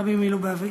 הרבי מלובביץ'.